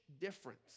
difference